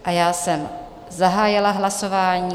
A já jsem zahájila hlasování.